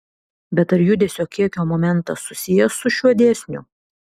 bet ar judesio kiekio momentas susijęs su šiuo dėsniu